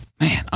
man